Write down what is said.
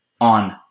on